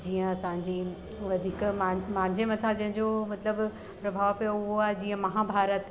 जीअं असांजी वधीक मां मुंहिंजे मथा जंहिंजो मतिलब प्रभाव पियो हूअ आहे जीअं महाभारत